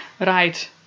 right